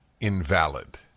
invalid